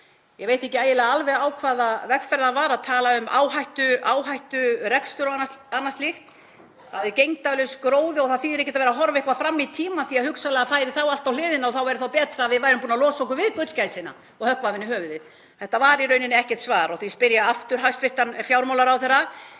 Ég veit ekki eiginlega alveg á hvaða vegferð hann var að tala um áhætturekstur og annað slíkt. Það er gegndarlaus gróði og það þýðir ekkert að vera að horfa eitthvað fram í tímann því að hugsanlega fari allt á hliðina og þá væri betra að við værum búin að losa okkur við gullgæsina og höggva af henni höfuðið. Þetta var í rauninni ekkert svar. Því spyr ég aftur, hæstv. fjármálaráðherra: